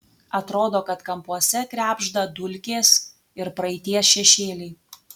atrodo kad kampuose krebžda dulkės ir praeities šešėliai